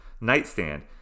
nightstand